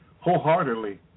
wholeheartedly